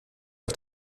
auf